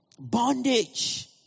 bondage